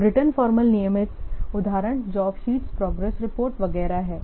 और return formal नियमित उदाहरण जॉब सीट प्रोग्रेस रिपोर्ट वगैरह है